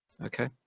Okay